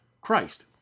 Christ